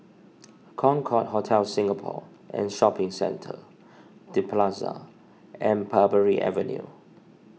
Concorde Hotel Singapore and Shopping Centre the Plaza and Parbury Avenue